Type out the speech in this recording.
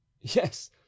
Yes